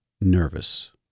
nervous